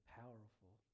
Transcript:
powerful